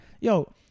yo